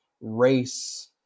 race